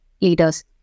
leaders